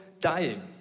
dying